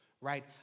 right